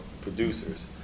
producers